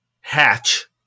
hatch